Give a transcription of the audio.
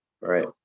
Right